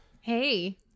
Hey